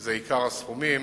שזה עיקר הסכומים,